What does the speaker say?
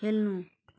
खेल्नु